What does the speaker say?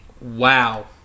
Wow